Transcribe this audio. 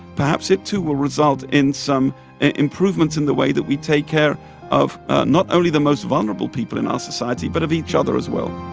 perhaps it, too, will result in some improvements in the way that we take care of not only the most vulnerable people in our society but of each other as well